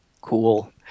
Cool